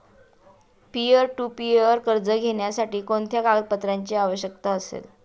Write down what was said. Peer to peer कर्ज घेण्यासाठी कोणत्या कागदपत्रांची आवश्यकता असेल?